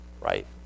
right